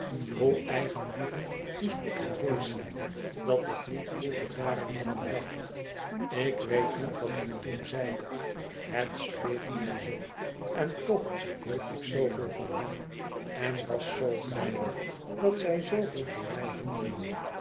hoe eigenlievend moest ik geweest zijn dat ik niet vroeger daaraan had gedacht ik weet niet wat ik toen zeide het speet mij zoo en toch hield ik zooveel van hen en was zoo blijde dat zij zooveel van mij hielden